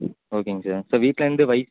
ஓகேங்க sir sir வீட்லிருந்து வை